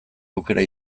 aukera